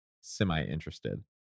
semi-interested